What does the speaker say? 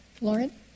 Lauren